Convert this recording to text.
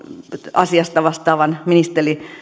asiasta vastaavan ministeri